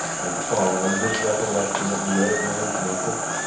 and following his recollection of the old man's methods,